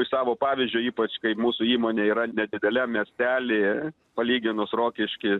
iš savo pavyzdžio ypač kai mūsų įmonė yra nedideliam miestely palyginus rokišky